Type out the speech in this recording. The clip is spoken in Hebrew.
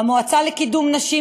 המועצה לקידום נשים,